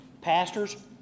Pastors